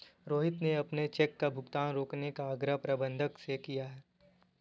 रोहित ने अपने चेक का भुगतान रोकने का आग्रह प्रबंधक से किया है